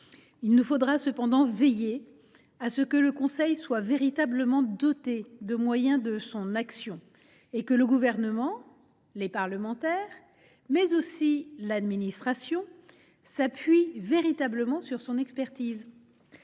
Il nous faudra cependant veiller à ce que ce conseil soit véritablement doté des moyens de son action, mais aussi à ce que le Gouvernement, les parlementaires, mais également l’administration s’appuient véritablement sur son expertise.